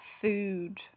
food